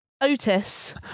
Otis